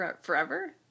forever